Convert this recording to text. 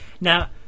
Now